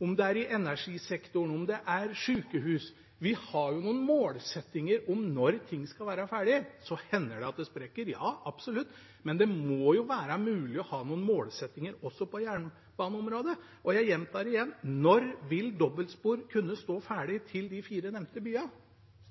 om det er energisektoren, om det er sykehus – har vi jo noen målsettinger om når ting skal være ferdige. Så hender det at det sprekker, ja, absolutt, men det må jo være mulig å ha noen målsettinger også på jernbaneområdet. Jeg gjentar igjen: Når vil dobbeltspor kunne stå ferdig til de fire nevnte byene?